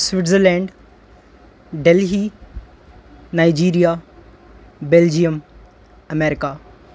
Switzerland Delhi Nigeria Belgium America